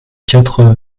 quatre